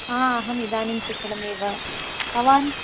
हा अहमिदानीं कुशलमेव भवान्